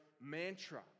mantra